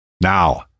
Now